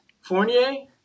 Fournier